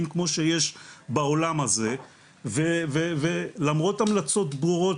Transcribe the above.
כמו שיש בעולם הזה ולמרות המלצות ברורות